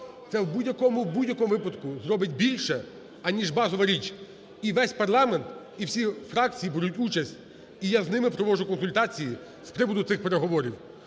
це у будь-якому випадку зробить більше, аніж базова річ. І весь парламент, і всі фракції беруть участь, і я з ними проводжу консультації з приводу цих переговорів.